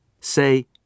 Say